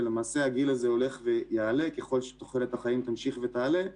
והגיל הזה ילך ויעלה ככל שתוחלת החיים תמשיך לעלות.